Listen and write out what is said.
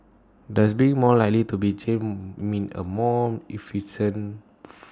does being more likely to be jailed mean A more efficient